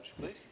please